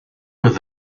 was